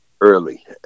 early